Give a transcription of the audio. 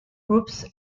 groups